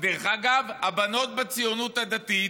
דרך אגב, הבנות בציונות הדתית